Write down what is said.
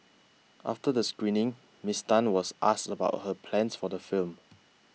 after the screening Ms Tan was asked about her plans for the film